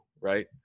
right